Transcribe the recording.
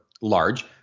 large